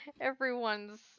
Everyone's